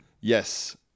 Yes